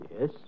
Yes